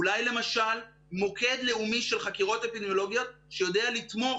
אולי למשל מוקד לאומי של חקירות אפידמיולוגיות שיודע לתמוך